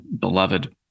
beloved